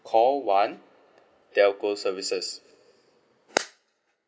call one telco services